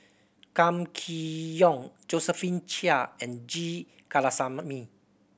Kam Kee Yong Josephine Chia and G Kandasamy